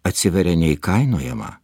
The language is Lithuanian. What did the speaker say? atsiveria neįkainojama